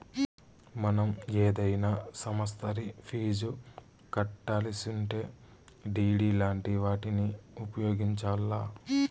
మనం ఏదైనా సమస్తరి ఫీజు కట్టాలిసుంటే డిడి లాంటి వాటిని ఉపయోగించాల్ల